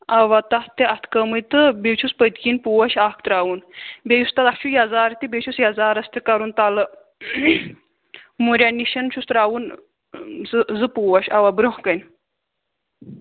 اَوا تَتھ تہِ اَتھٕ کٲمٕے تہٕ بیٚیہِ چھُس پٔتۍ کِنۍ پوش اکھ ترٛاوُن بیٚیہِ یُس تَتھ چھُ یَزار تہِ بیٚیہِ چھُس یَزارَس تہِ کَرُن تلہٕ مُرَٮ۪ن نِش چھُس ترٛاوُن زٕ زٕ پوش اَوا برٛونٛہہ کَنہِ